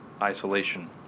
isolation